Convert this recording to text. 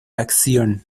acción